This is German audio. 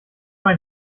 ein